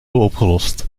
opgelost